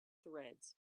threads